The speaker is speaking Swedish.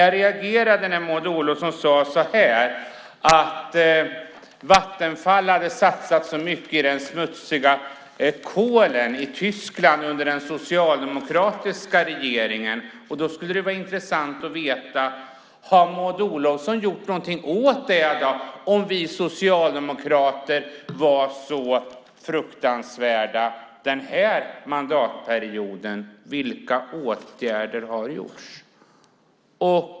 Jag reagerade när Maud Olofsson sade att Vattenfall hade satsat så mycket på den smutsiga kolen i Tyskland under den socialdemokratiska regeringen, och då skulle det vara intressant att veta: Har Maud Olofsson gjort någonting åt det under den här mandatperioden om vi socialdemokrater var så fruktansvärda? Vilka åtgärder har vidtagits?